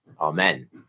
Amen